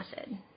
acid